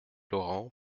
laurent